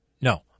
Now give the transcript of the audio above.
No